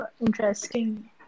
interesting